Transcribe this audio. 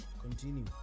Continue